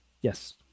Yes